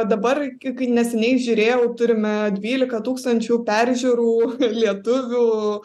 dabar kik neseniai žiūrėjau turime dvylika tūkstančių peržiūrų lietuvių